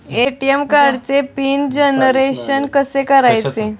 ATM कार्डचे PIN generation कसे करायचे?